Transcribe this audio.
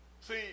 See